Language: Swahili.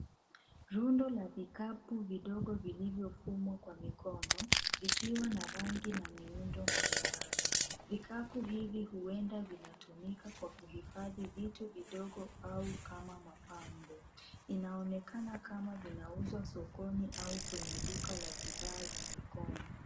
Rundo la vikapu vidogo vilivyofumwa kwa mikono, vikiwa na rangi na miundo mbalimbali. Vikapu hivi huenda vinatumika kwa kuhifadhi vitu vidogo au kama mapambo. Inaonekana kama vinauzwa sokoni au kwenye duka la bidhaa za mikono.